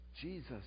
Jesus